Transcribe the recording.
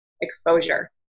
exposure